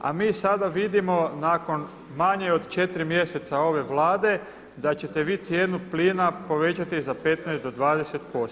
A mi sada vidimo nakon manje od 4 mjeseca ove Vlade da ćete vi cijenu plina povećati za 15 do 20%